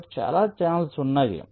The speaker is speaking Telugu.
కాబట్టి చాలా ఛానెల్స్ ఉన్నాయి